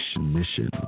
mission